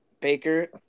Baker